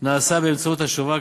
נעשה באמצעות השובר,